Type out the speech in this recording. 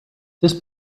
this